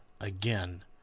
again